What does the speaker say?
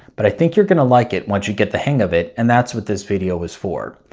but i think you're gonna like it once you get the hang of it and that's what this video is for.